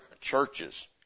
churches